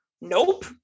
Nope